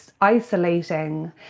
isolating